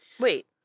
Wait